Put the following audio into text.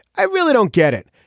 i really don't get it.